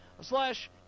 slash